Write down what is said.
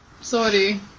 sorry